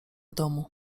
domu